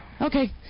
Okay